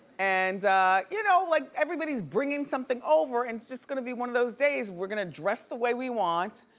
and you know like everybody's bringing something over and it's just gonna be one of those days. we're gonna dress the way we want.